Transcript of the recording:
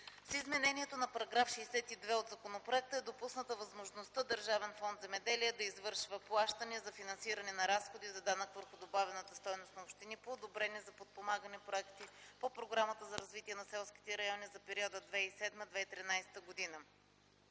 С изменението на § 62 от законопроекта е допусната възможността Държавен фонд „Земеделие” да извършва плащания за финансиране на разходи за данък върху добавената стойност на общини по одобрени за подпомагане проекти по Програмата за развитие на селските райони за периода 2007-2013 г.